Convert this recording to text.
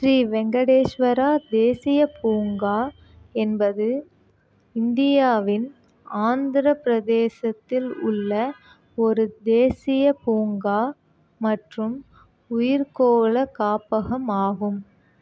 ஸ்ரீ வெங்கடேஷ்வரா தேசியப் பூங்கா என்பது இந்தியாவின் ஆந்திரப் பிரதேசத்தில் உள்ள ஒரு தேசியப் பூங்கா மற்றும் உயிர்க்கோள காப்பகம் ஆகும்